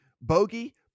bogey